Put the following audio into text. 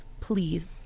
please